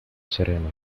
sereno